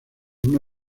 una